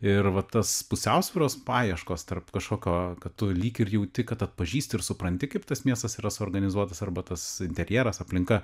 ir vat tas pusiausvyros paieškos tarp kažkokio kad tu lyg ir jauti kad atpažįsti ir supranti kaip tas miestas yra suorganizuotas arba tas interjeras aplinka